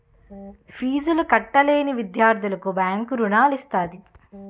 ఫీజులు కట్టలేని విద్యార్థులకు బ్యాంకు రుణాలు ఇస్తది